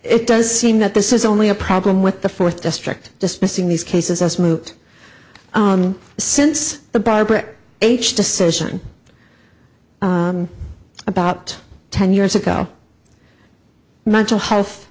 it does seem that this is only a problem with the fourth district dismissing these cases as moot since the by brick age decision about ten years ago mental health